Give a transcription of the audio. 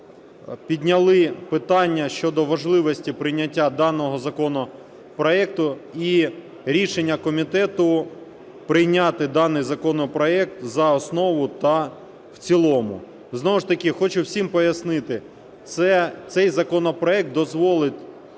підняли питання щодо важливості прийняття даного законопроекту. І рішення комітету – прийняти даний законопроект за основу та в цілому. Знову ж таки хочу всім пояснити, цей законопроект дозволить